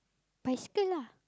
bicycle lah